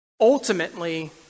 ultimately